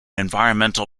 environmental